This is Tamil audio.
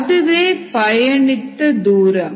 அதுவே பயணித்த தூரம்